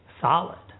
solid